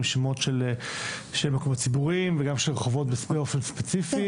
שמות של מקומות ציבוריים וגם של רחובות באופן ספציפי.